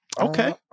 Okay